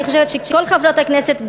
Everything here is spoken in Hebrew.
אני חושבת שכל חברות הכנסת,